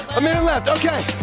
a minute left, okay.